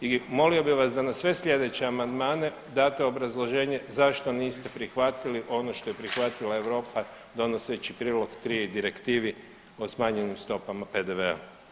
I molio bih vas da na sve slijedeće amandmane date obrazloženje zašto niste prihvatili ono što je prihvatila Europa donoseći Prilog 3. Direktivi o smanjenim stopama PDV-a.